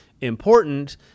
important